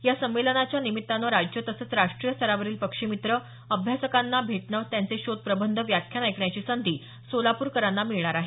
या संमेलनाच्या निमित्ताने राज्य तसंच राष्ट्रीय स्तरावरील पक्षी मित्र अभ्यासकांना भेटणं त्यांचे शोध प्रबंध व्याख्यान ऐकण्याची संधी सोलापूरकरांना मिळणार आहे